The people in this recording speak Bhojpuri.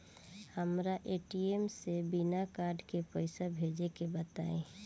हमरा ए.टी.एम से बिना कार्ड के पईसा भेजे के बताई?